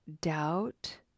doubt